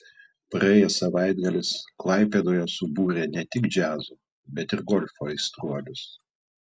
praėjęs savaitgalis klaipėdoje subūrė ne tik džiazo bet ir golfo aistruolius